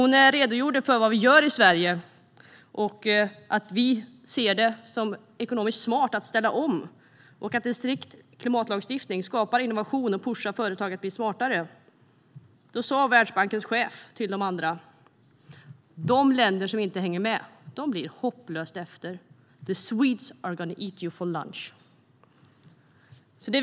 Hon redogjorde för vad vi gör i Sverige, att vi ser det som ekonomiskt smart att ställa om och att en strikt klimatlagstiftning skapar innovation och pushar företag att bli smartare. Då sa Världsbankens chef till de andra att de länder som inte hänger med blir hopplöst efter. "The Swedes are gonna eat you for lunch!"